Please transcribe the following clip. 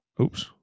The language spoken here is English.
Oops